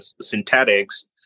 synthetics